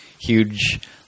huge